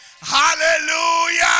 Hallelujah